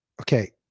okay